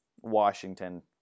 Washington